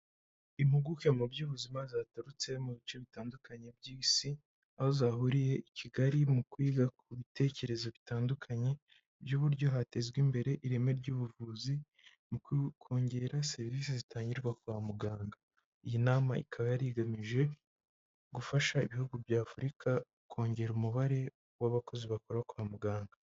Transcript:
Impuguke mu by'ubuzima zaturutse mu bice bitandukanye by'isi aho zahuriye i Kigali mu kwiga ku bitekerezo bitandukanye by'uburyo hatezwa imbere ireme ry'ubuvuzi mu kongerarera serivisi zitangirwa kwa muganga. Iyi nama ikaba yari igamije gufasha ibihugu bya afurika kongera umubare w'abakozi bakora kwa muganga.